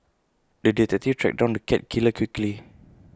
the detective tracked down the cat killer quickly